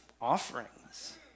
offerings